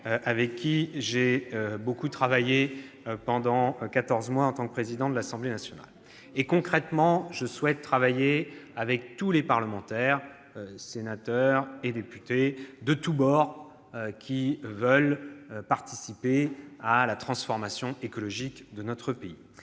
avec qui j'ai beaucoup travaillé pendant quatorze mois en tant que président de l'Assemblée nationale. Concrètement, je souhaite travailler avec tous les parlementaires, sénateurs et députés de tous bords, qui veulent participer à la transformation écologique de notre pays.